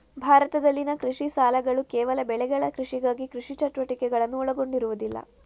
ಭಾರತದಲ್ಲಿನ ಕೃಷಿ ಸಾಲಗಳುಕೇವಲ ಬೆಳೆಗಳ ಕೃಷಿಗಾಗಿ ಕೃಷಿ ಚಟುವಟಿಕೆಗಳನ್ನು ಒಳಗೊಂಡಿರುವುದಿಲ್ಲ